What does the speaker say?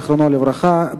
זיכרונו לברכה,